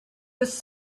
was